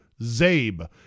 ZABE